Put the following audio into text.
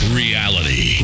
reality